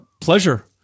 pleasure